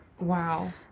Wow